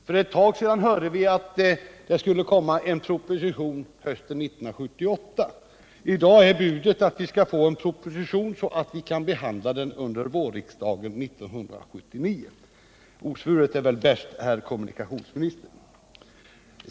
För ett tag sedan hörde vi att det skulle komma en proposition hösten 1978. I dag heter det att vi skall få en proposition för behandling under vårriksdagen 1979. Osvuret är väl bäst herr kommunikationsminister.